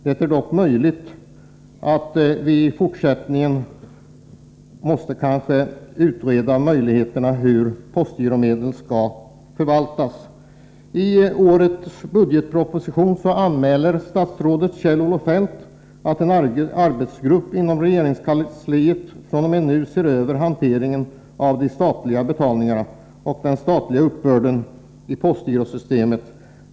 Det är dock möjligt att formerna för den fortsatta förvaltningen av postgiromedlen bör utredas. I årets budgetproposition anmäler statsrådet Kjell-Olof Feldt att en arbetsgrupp inom regeringskansliet börjat se över hanteringen av de statliga betalningarna och den statliga uppbörden i postgirosystemet.